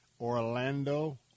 Orlando